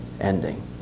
ending